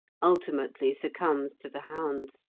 ultimately succumbs to the hounds.